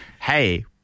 hey